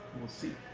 we'll see.